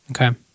Okay